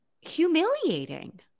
humiliating